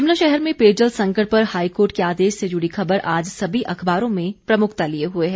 शिमला शहर में पेयजल संकट पर हाईकोर्ट के आदेश से जुड़ी खबर आज सभी अखबारों में प्रमुखता लिए हुए है